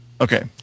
Okay